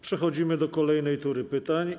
Przechodzimy do kolejnej tury pytań.